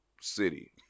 city